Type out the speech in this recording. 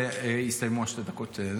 הסתיימו שתי הדקות.